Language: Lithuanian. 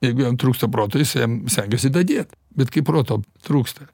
jeigu jam trūksta proto jis jam stengiasi dadėt bet kai proto trūksta